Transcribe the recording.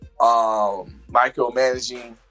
micromanaging